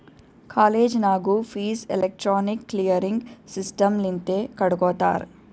college ನಾಗೂ fees electronic clearing system ಲಿಂತೆ ಕಟ್ಗೊತ್ತಾರ್